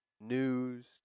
news